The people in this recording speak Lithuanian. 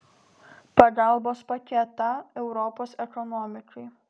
pagalbos paketą europos ekonomikai